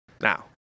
now